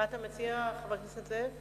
מה אתה מציע, חבר הכנסת זאב?